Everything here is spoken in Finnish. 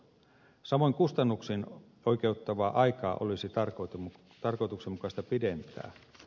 samoin kustannuksiin oikeuttavaa aikaa olisi tarkoituksenmukaista pidentää